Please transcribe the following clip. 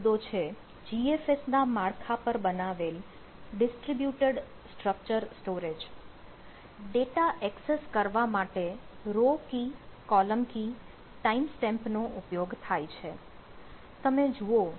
પહેલો મુદ્દો છે GFS ના માળખા પર બનાવેલ ડિસ્ટ્રીબ્યુટેડ સ્ટ્રક્ચર સ્ટોરેજ